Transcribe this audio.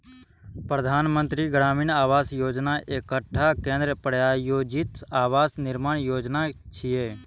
प्रधानमंत्री ग्रामीण आवास योजना एकटा केंद्र प्रायोजित आवास निर्माण योजना छियै